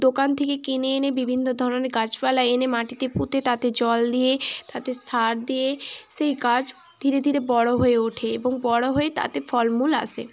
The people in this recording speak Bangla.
দোকান থেকে কিনে এনে বিভিন্ন ধরনের গাছপালা এনে মাটিতে পুঁতে তাতে জল দিয়ে তাতে সার দিয়ে সেই গাছ ধীরে ধীরে বড় হয়ে ওঠে এবং বড় হয়ে তাতে ফলমূল আসে